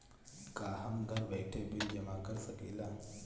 का हम घर बइठे बिल जमा कर शकिला?